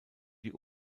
die